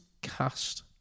cast